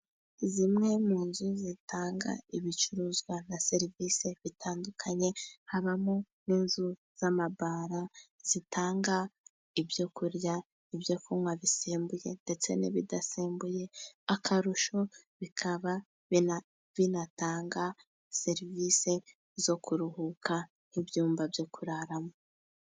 Zimwe mu nzu zitanga ibicuruzwa na serivisi bitandukanye, habamo n'inzu z'amabara zitanga ibyo kurya ,ibyo kunywa bisembuye ndetse n'ibidasembuye, akarusho bikaba binatanga serivisi zo kuruhuka, nk'ibyumba byo kuraramo.